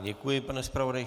Děkuji, pane zpravodaji.